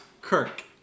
Kirk